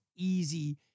easy